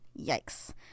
Yikes